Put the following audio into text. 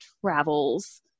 travels